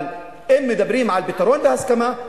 אבל אם מדברים על פתרון בהסכמה,